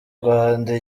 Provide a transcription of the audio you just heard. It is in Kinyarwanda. rwanda